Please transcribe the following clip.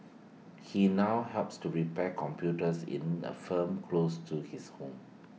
he now helps to repair computers in A firm close to his home